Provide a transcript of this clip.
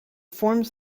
forms